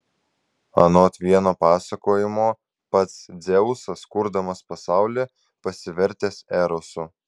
anot vieno pasakojimo pats dzeusas kurdamas pasaulį pasivertęs erosu